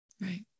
Right